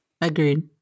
Agreed